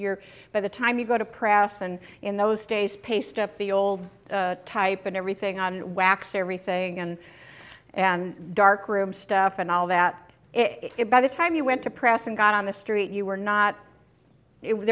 you're by the time you go to press and in those days paste up the old type and everything on and wax everything and and darkroom stuff and all that it by the time you went to press and got on the street you were not it was